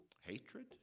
Hatred